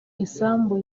isambu